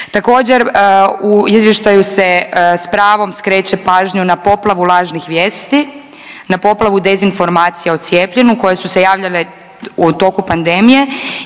Također u izvještaju se s pravom skreće pažnju na poplavu lažnih vijesti, na poplavu dezinformacija o cijepljenju koje su javljale u toku pandemije